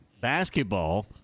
basketball